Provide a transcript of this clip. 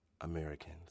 Americans